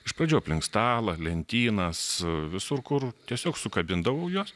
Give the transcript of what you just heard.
iš pradžių aplink stalą lentynas visur kur tiesiog sukabindavau juos